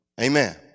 Amen